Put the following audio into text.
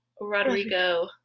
Rodrigo